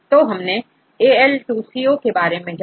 तो हमनेAL2COके बारे में जाना